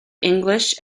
english